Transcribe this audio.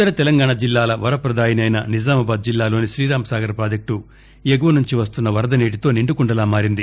ఉత్తర తెలంగాణ జిల్లాల వర్చపదాయిని అయిన నిజామాబాద్ జిల్లాలోని శ్రీరాంసాగర్ ప్రాజెక్షు ఎగువ నుంచి వస్తున్న వరద నీటితో నిండుకుండలా మారింది